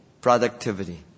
productivity